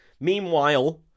Meanwhile